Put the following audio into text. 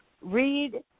Read